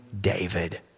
David